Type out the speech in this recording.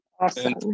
Awesome